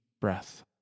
breath